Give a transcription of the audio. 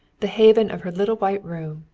the haven of her little white room,